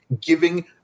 giving